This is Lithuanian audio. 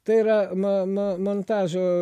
tai yra na na na montažo